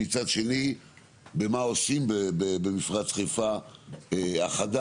ומצד שני במה עושים במפרץ חיפה החדש,